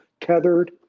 tethered